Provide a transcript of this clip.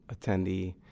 attendee